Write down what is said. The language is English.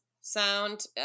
sound